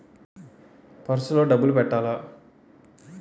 Purse లో డబ్బులు పెట్టలా?